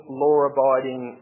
law-abiding